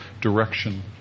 direction